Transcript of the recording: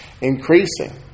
increasing